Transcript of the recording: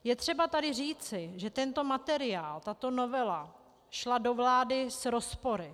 Je třeba tady říci, že tento materiál, tato novela šla do vlády s rozpory.